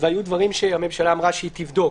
והיו דברים שהממשלה אמרה שהיא תבדוק.